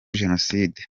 jenoside